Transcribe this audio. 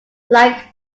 like